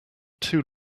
too